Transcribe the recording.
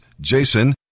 Jason